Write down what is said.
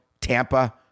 Tampa